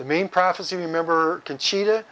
the main prophecy remember conchita